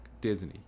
Disney